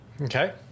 Okay